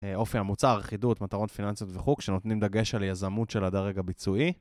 אופי המוצר, אחידות, מטרות פיננסיות וכו' שנותנים דגש על יזמות של הדרג הביצועי.